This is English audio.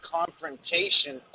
confrontation